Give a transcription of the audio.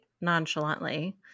nonchalantly